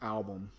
Album